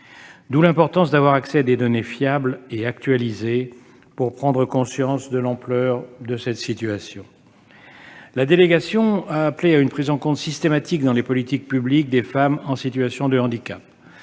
D'où l'importance de l'accès à des données fiables et actualisées, afin de prendre conscience de l'ampleur de cette situation. La délégation a appelé à une prise en compte systématique, dans les politiques publiques, des femmes en situation de handicap.